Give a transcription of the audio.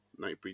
Nightbreed